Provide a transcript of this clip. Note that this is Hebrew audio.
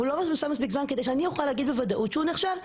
אבל הוא לא מיושם מספיק זמן כדי שאני אוכל להגיד בוודאות שהוא נכשל.